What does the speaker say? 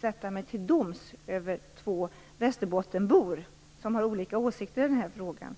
sätta mig till doms över två västerbottenbor som har olika åsikter i den här frågan.